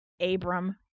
Abram